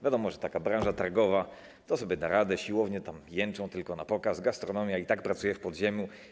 Wiadomo, że taka branża targowa da sobie radę, siłownie jęczą tylko na pokaz, gastronomia i tak pracuje w podziemiu.